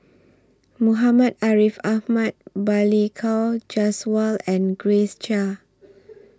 Muhammad Ariff Ahmad Balli Kaur Jaswal and Grace Chia